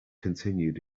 continued